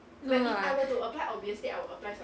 no lah